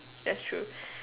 that's true